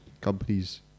companies